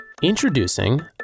Introducing